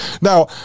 Now